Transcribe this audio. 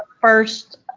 First